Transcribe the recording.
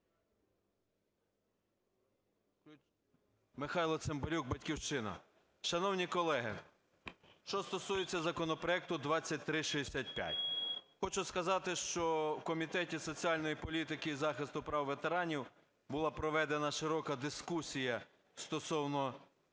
Михайло Цимбалюк, "Батьківщина". Шановні колеги, що стосується законопроекту 2365, хочу сказати, що в Комітеті соціальної політики і захисту прав ветеранів була проведена широка дискусія стосовно підтримки цього